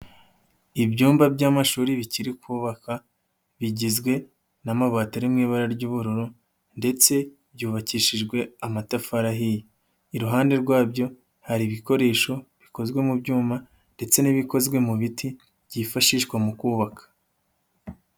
Ibyumba by'amashuri bikiri kubakwa bigizwe n'amabati ari mu ibara ry'ubururu ndetse byubakishijwe amatafari ahiye. Iruhande rwabyo hari ibikoresho bikozwe mu byuma ndetse n'ibikozwe mu biti byifashishwa mu kubaka.